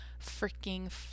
freaking